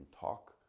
talk